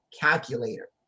calculator